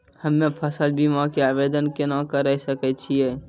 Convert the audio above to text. हम्मे फसल बीमा के आवदेन केना करे सकय छियै?